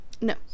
No